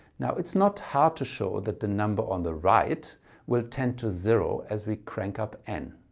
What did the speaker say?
now it's not hard to show that the number on the right will tend to zero as we crank up n.